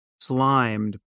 slimed